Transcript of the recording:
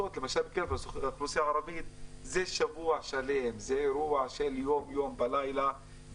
באוכלוסייה הערבית מדובר בשבוע שלם שבמהלכו כל לילה יש אירוע,